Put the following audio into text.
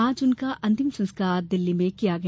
आज उनका अंतिम संस्कार दिल्ली में किया गया